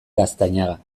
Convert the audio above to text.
gaztañaga